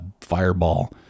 fireball